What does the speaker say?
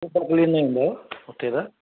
कोई तकलीफ़ न ईंदव हुते त